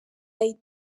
burayi